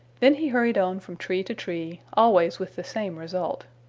then he hurried on from tree to tree, always with the same result.